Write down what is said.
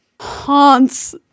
haunts